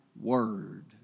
word